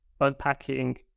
unpacking